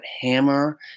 Hammer